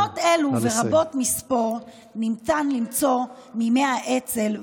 דוגמאות אלה ורבות מספור ניתן למצוא מימי האצ"ל ואילך.